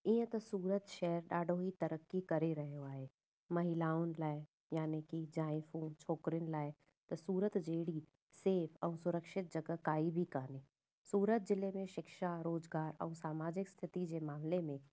ईअं त सूरत शहर ॾाढो ई तरक़ी करे रहियो आहे महिलाउनि लाइ याने की जाइफ़ू छोकिरियुनि लाइ त सूरत जहिड़ी सेफ ऐं सुरक्षित जॻह काई बि कोन्हे सूरत जिले में शिक्षा रोज़गार ऐं समाजिक स्थिती जे मामले में